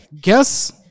guess